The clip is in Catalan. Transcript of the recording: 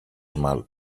mal